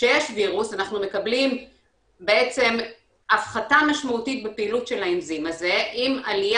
כשיש וירוס אנחנו מקבלים הפחתה משמעותית בפעילות האנזים הזה עם עליה